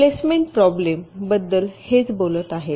placement problem बद्दल हेच बोलत आहे